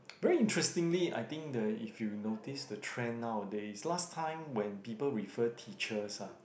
very interestingly I think the if you notice the trend nowadays last time when people refer teachers lah